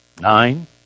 nine